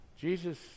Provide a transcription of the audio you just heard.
Jesus